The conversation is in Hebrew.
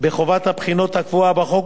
בחובת הבחינות הקבועה בחוק,